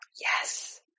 Yes